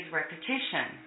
repetition